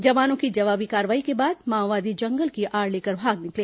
जवानों की जवाबी कार्रवाई के बाद माओवादी जंगल की आड़ लेकर भाग निकले